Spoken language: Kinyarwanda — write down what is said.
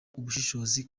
ubushishozi